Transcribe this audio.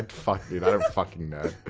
fuck i don't fuckin know